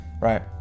right